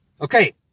Okay